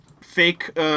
fake